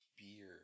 beer